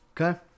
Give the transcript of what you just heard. Okay